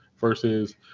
versus